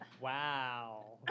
Wow